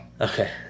Okay